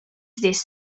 здесь